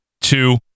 two